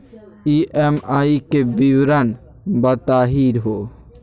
EMI के विवरण बताही हो?